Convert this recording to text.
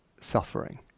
suffering